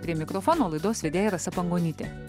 prie mikrofono laidos vedėja rasa pangonytė